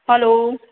hello